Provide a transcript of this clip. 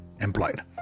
employed